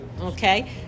okay